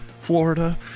Florida